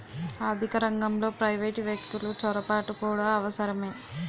ఆర్థిక రంగంలో ప్రైవేటు వ్యక్తులు చొరబాటు కూడా అవసరమే